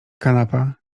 kanapa